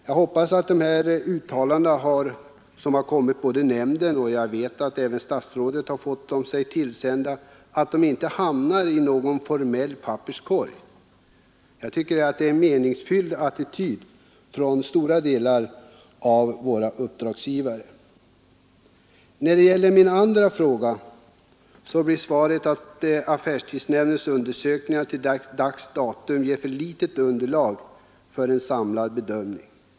Jag hoppas att de uttalanden som har kommit till nämnden — och jag vet att även statsrådet har fått sig dem tillsända — inte hamnar i någon formell papperskorg. Jag tycker att de visar en meningsfylld attityd hos stora delar av våra uppdragsgivare. På min andra fråga blev svaret att affärstidsnämndens undersökningar till dags dato ger för litet underlag för en samlad bedömning.